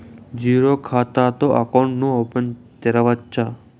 Zero ఖాతా తో account ను తెరవచ్చా?